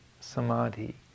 samadhi